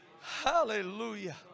Hallelujah